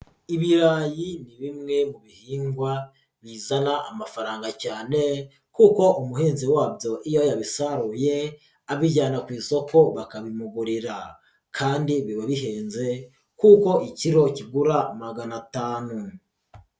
Ibirayi ni bimwe mu bihingwa bizana amafaranga cyane kuko umuhinzi wabyo iyo yabisaruye abijyana ku isoko bakabimugurira kandi biba bihenze kuko ikiro kigura magana atanu.